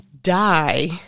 die